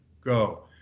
go